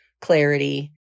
clarity